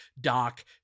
Doc